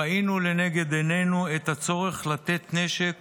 ראינו לנגד עינינו את הצורך לתת נשק